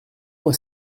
moi